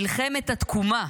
מלחמת התקומה.